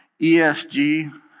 ESG